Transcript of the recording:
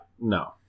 no